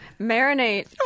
Marinate